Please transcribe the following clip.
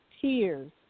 Tears